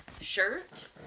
shirt